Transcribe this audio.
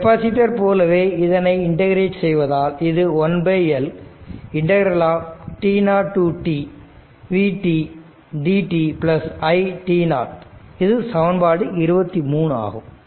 capacitor போலவே இதனை integrate செய்வதால் இது 1L to to t ∫ v dt i இது சமன்பாடு 23 ஆகும்